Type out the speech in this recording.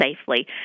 safely